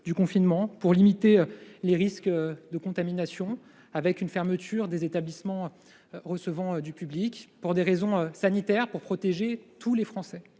du confinement, pour limiter les risques de contamination, avec une fermeture des établissements recevant du public, pour des raisons sanitaires, pour protéger tous les Français.